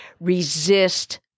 resist